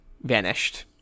vanished